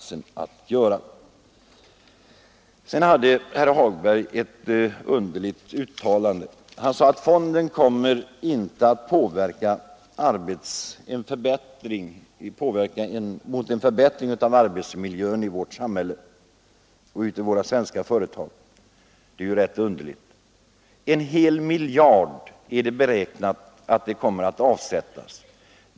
Sedan gjorde herr Hagberg i Borlänge ett underligt uttalande. Han sade att fonden kommer inte att påverka en förbättring av arbetsmiljön i vårt samhälle och i våra svenska företag. Det är rätt underligt. En hel miljard beräknar man att det skall avsättas.